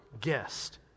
guest